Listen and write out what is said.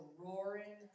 roaring